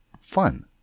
fun